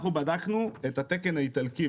אנחנו בדקנו את התקן האיטלקי,